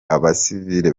abasivile